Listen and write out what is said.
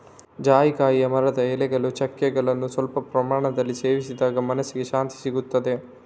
ಜಾಯಿಕಾಯಿಯ ಮರದ ಎಲೆಗಳು, ಚಕ್ಕೆಗಳನ್ನ ಸ್ವಲ್ಪ ಪ್ರಮಾಣದಲ್ಲಿ ಸೇವಿಸಿದಾಗ ಮನಸ್ಸಿಗೆ ಶಾಂತಿಸಿಗ್ತದೆ